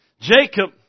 Jacob